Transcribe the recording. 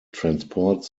transport